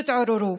תתעוררו.